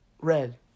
red